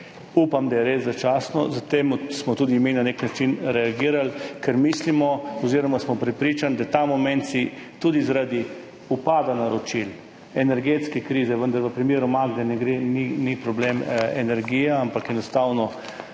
Upam, da je res začasno. Zaradi tega smo tudi mi na nek način reagirali, ker mislimo oziroma smo prepričani, da ta moment tudi zaradi upada naročil, energetske krize – vendar v primeru Magne ni problem energija, ampak enostavno